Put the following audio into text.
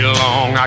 long